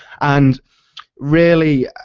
and really,